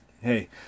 hey